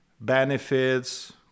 benefits